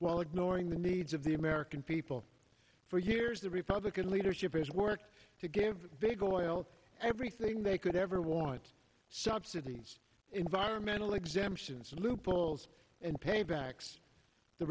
while ignoring the needs of the american people for years the republican leadership has worked to give big oil everything they could ever want subsidies environmental exemptions and loopholes and paybacks the